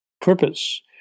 purpose